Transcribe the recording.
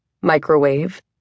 microwave